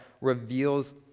reveals